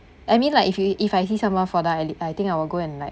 I mean like if you if I see someone fall down I li~ I think I will go and like